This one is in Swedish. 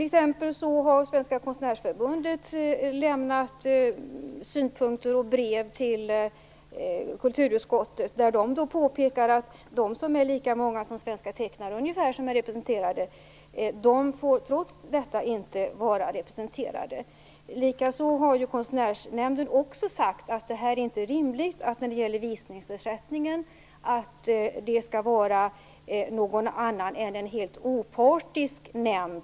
Från Svenska Konstnärsförbundet har man t.ex. lämnat synpunkter och brev till kulturutskottet och påpekat att detta förbund som har ungefär lika många medlemmar som Svenska Tecknare - som är representerade - trots detta inte är representerade. Likaså har Konstnärsnämnden sagt att det inte är rimligt att visningsersättningen skall fördelas av någon annan än en helt opartisk nämnd.